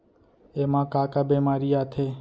एमा का का बेमारी आथे?